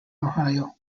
ohio